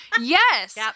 yes